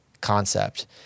concept